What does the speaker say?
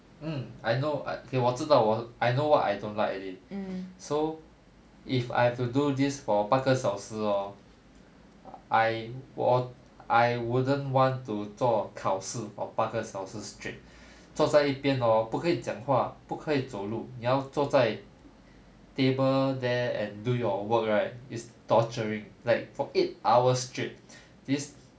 mm I know I okay 我知道我 I know what I don't like already so if I have to do this for 八个小时 hor I 我 I wouldn't want to 做考试 for 八个小时 straight 坐在一边 hor 不可以讲话不可以走路你要坐在 table there and do your work right is torturing like for eight hours straight this